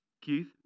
Keith